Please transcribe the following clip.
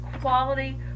quality